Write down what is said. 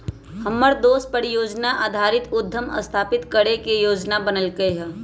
हमर दोस परिजोजना आधारित उद्यम स्थापित करे के जोजना बनलकै ह